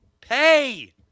Pay